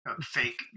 fake